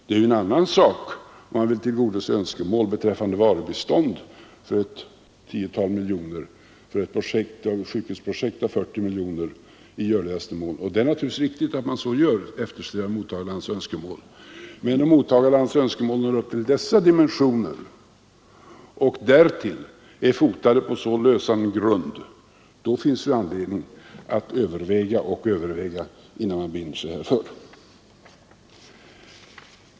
Det är ju en annan sak om man vill tillgodose önskemål beträffande varubistånd på ett tiotal miljoner kronor eller beträffande ett sjukhusprojekt på 40 miljoner kronor. Det är naturligtvis riktigt att man i sådana fall eftersträvar att tillgodose mottagarlandets önskemål. Men om mottagarlandets önskemål når upp till dessa dimensioner och därtill synes vara fotade på så lösan grund, då finns det anledning att överlägga och överväga innan man binder sig härför.